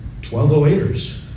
1208ers